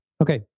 Okay